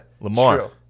lamar